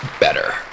better